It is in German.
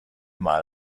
mal